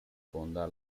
fonda